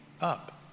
up